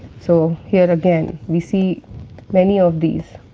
so, here again, we see many of these.